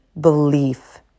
belief